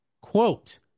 Quote